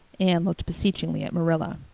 anne looked beseechingly at marilla.